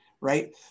right